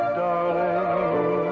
darling